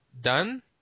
done